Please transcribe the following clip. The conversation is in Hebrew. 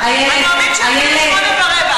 הנואמים שיתחילו ב-20:15,